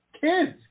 kids